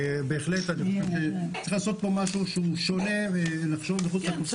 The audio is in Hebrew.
בהחלט צריך לעשות פה משהו שונה ולחשוב מחוץ לקופסה.